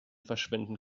verschwinden